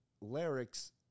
lyrics